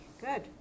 Good